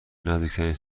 نزدیکترین